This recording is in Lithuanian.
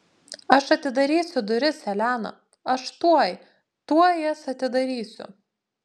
aš atidarysiu duris elena aš tuoj tuoj jas atidarysiu